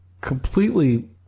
Completely